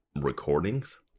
recordings